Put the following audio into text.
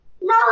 No